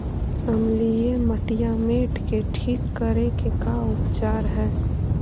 अमलिय मटियामेट के ठिक करे के का उपचार है?